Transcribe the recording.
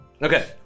Okay